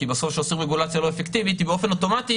כי בסוף כשעושים רגולציה לא אפקטיבית באופן אוטומטי